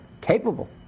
capable